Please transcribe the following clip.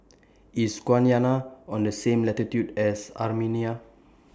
IS Guyana on The same latitude as Armenia